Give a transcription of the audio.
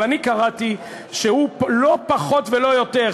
אבל אני קראתי שהוא לא פחות ולא יותר,